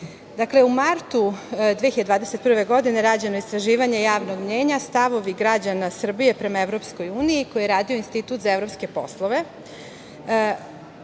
smo. Dakle, u martu 2021. godine rađeno je istraživanje javnog mnjenja. Stavovi građana Srbije prema EU koje je radio Institut za evropske poslove,